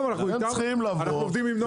אתם צריכים לומר לנו: